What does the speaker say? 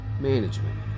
management